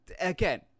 Again